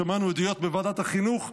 שמענו עדויות בוועדת החינוך,